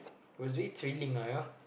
was really thrilling ah ya